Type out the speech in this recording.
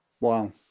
wow